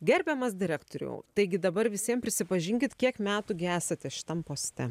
gerbiamas direktoriau taigi dabar visiem prisipažinkit kiek metų gi esat šitam poste